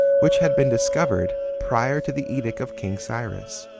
which had been discovered prior to the edict of king cyrus.